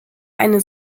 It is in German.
eine